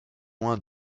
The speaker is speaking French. loin